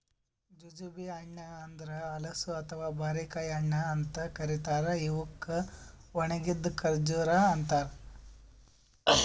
jujube ಹಣ್ಣ ಅಂದುರ್ ಹಲಸು ಅಥವಾ ಬಾರಿಕಾಯಿ ಹಣ್ಣ ಅಂತ್ ಕರಿತಾರ್ ಇವುಕ್ ಒಣಗಿದ್ ಖಜುರಿನು ಅಂತಾರ